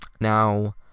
Now